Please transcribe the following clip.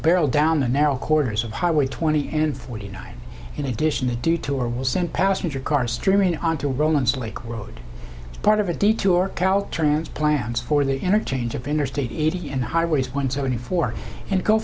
barrel down the narrow corridors of highway twenty and forty nine in addition a detour will send passenger cars streaming onto roland's lake road part of a detour caltrans plans for the interchange of interstate eighty and highway one seventy four and go